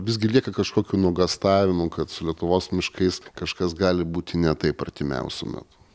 visgi lieka kažkokių nuogąstavimų kad su lietuvos miškais kažkas gali būti ne taip artimiausiu metu